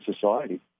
society